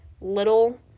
little-